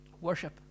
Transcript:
worship